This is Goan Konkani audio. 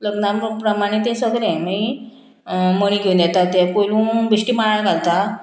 लग्न प्रमाणें तें सगळें मागी मणी घेवन येता तें पयलूं बेश्टी माळ घालता